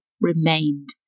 remained